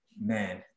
Man